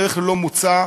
בדרך ללא מוצא,